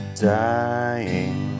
dying